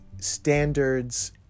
standards